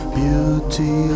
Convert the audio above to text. beauty